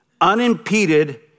unimpeded